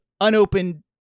unopened